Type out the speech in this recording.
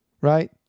right